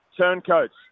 turncoats